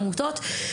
עמותות.